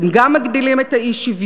אתם גם מגדילים את האי-שוויון,